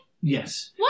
Yes